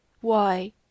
Why